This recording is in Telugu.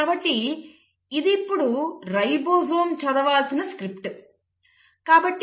కాబట్టి ఇది ఇప్పుడు రైబోజోమ్ చదవాల్సిన స్క్రిప్ట్